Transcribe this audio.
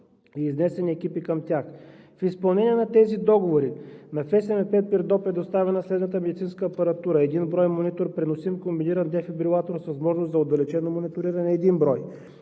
и изнесени екипи към тях. В изпълнение на тези договори на ФСМП – Пирдоп, е доставена следната медицинска апаратура: един брой монитор; преносим комбиниран дефибрилатор, с възможност за отдалечено мониториране – един брой;